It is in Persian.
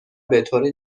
بطور